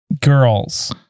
girls